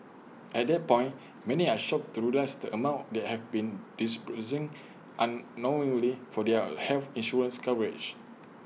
at that point many are shocked to realise the amount they have been disbursing unknowingly for their health insurance coverage